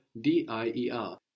D-I-E-R